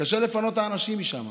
קשה לפנות את האנשים משם.